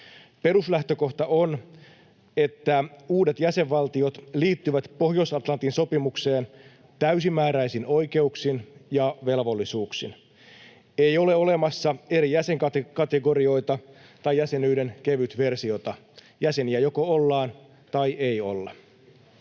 Peruslähtökohta on, että uudet jäsenvaltiot liittyvät Pohjois-Atlantin sopimukseen täysimääräisin oikeuksin ja velvollisuuksin. Ei ole olemassa eri jäsenkategorioita tai jäsenyyden kevytversiota. Jäseniä joko ollaan tai ei olla.